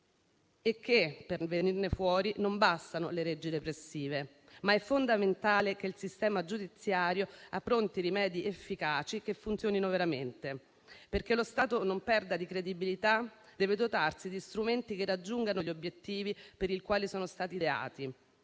e che, per venirne fuori, non bastano leggi repressive, ma è fondamentale che il sistema giudiziario appronti rimedi efficaci, che funzionino veramente. Affinché non perda di credibilità, lo Stato deve dotarsi di strumenti che raggiungano gli obiettivi per i quali sono stati ideati.